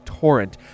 torrent